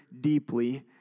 deeply